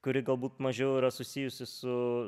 kuri galbūt mažiau yra susijusi su